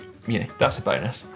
that's a bonus.